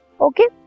Okay